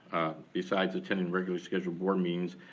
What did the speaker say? besides attending regularly scheduled board meetings,